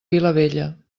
vilavella